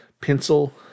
pencil